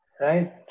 Right